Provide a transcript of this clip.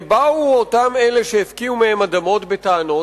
באו אלה שהפקיעו מהם אדמות בטענות,